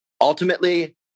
Ultimately